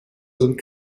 sind